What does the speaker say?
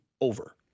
over